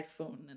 iphone